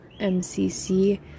MCC